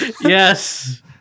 Yes